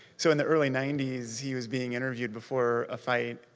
so in the early ninety s, he was being interviewed before a fight,